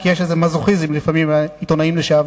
כי לפעמים יש איזה מזוכיזם לעיתונאים לשעבר.